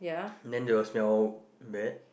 then they will smell bad